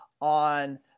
on